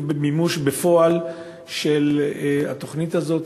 כמימוש בפועל של התוכנית הזאת,